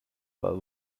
but